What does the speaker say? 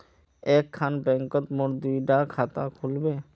एक खान बैंकोत मोर दुई डा खाता खुल बे?